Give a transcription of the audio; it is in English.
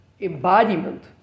embodiment